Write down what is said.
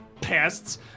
pests